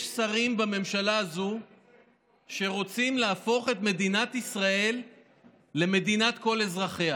יש שרים בממשלה הזו שרוצים להפוך את מדינת ישראל למדינת כל אזרחיה